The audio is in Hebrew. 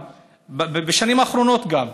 בשנים האחרונות גם,